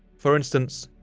for instance,